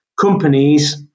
companies